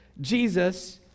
Jesus